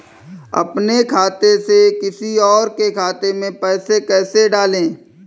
अपने खाते से किसी और के खाते में पैसे कैसे डालें?